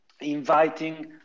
inviting